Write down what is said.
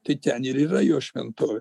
tai ten yra jo šventovė